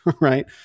right